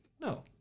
No